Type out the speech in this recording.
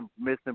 missing